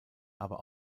aber